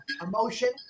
emotion